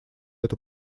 эту